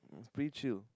it's pretty chill